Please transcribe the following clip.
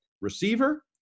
receiver